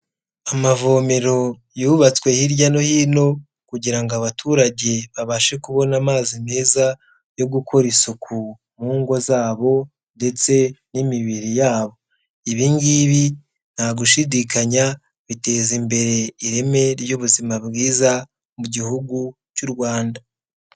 Amavomero yubatswe hirya no hino kugira ngo abaturage babashe kubona amazi meza yo gukora isuku mu ngo zabo ndetse n'imibiri yabo. Ibingibi nta gushidikanya biteza imbere ireme ry'ubuzima bwiza mu gihugu cy'u Rwanda.